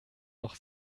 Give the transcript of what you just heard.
noch